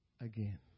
again